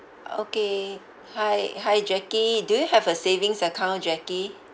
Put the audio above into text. okay hi hi jackie do you have a savings account jackie